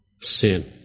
sin